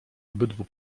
obydwu